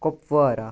Kupwara